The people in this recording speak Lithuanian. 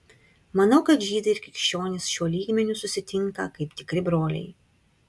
manau kad žydai ir krikščionys šiuo lygmeniu susitinka kaip tikri broliai